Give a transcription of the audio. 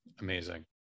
Amazing